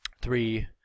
three